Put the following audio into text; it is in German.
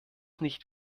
nicht